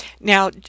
Now